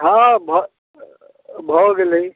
हँ भऽ भऽ गेलय